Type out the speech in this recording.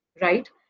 right